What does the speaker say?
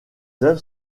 œuvres